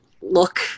look